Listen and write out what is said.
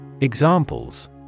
Examples